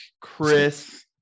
Chris